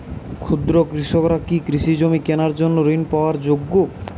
ক্ষুদ্র কৃষকরা কি কৃষিজমি কেনার জন্য ঋণ পাওয়ার যোগ্য?